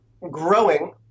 growing